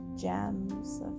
gems